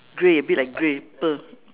grey a bit like grey pur~